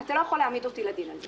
אתה לא יכול להעמיד אותי לדין על זה.